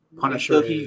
Punisher